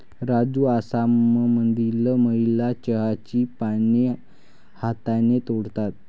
राजू आसाममधील महिला चहाची पाने हाताने तोडतात